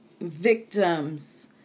victims